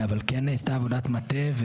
אבל כן נעשתה עבודת מטה,